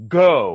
go